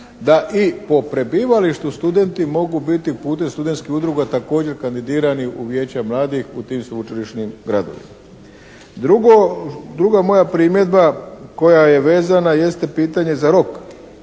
da i po prebivalištu studenti mogu biti putem studentskih udruga također kandidirani u Vijeća mladih u tim sveučilišnim gradovima. Drugo, druga moja primjedba koja je vezana jeste pitanje za rok.